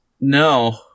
no